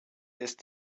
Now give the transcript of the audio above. ist